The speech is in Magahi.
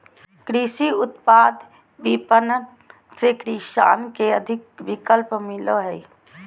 कृषि उत्पाद विपणन से किसान के अधिक विकल्प मिलो हइ